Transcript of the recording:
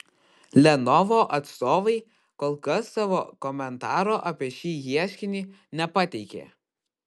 lenovo atstovai kol kas savo komentaro apie šį ieškinį nepateikė